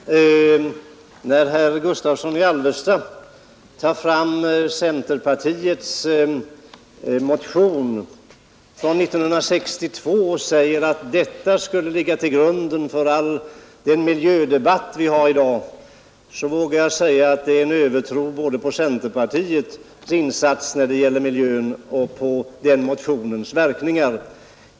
Herr talman! När herr Gustavsson i Alvesta tar fram centerpartiets motion från 1962 och säger att den skulle ligga till grund för all den miljödebatt vi har i dag, så vågar jag säga att det är en övertro både på centerpartiets insats när det gäller miljön och på den motionens verkningar.